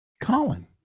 Colin